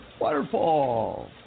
Waterfall